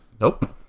Nope